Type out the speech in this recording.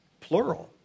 plural